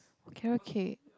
carrot cake